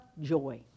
Joy